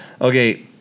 okay